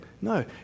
No